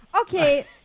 Okay